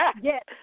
Yes